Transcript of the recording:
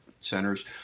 centers